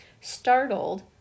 Startled